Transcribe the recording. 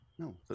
No